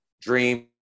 dream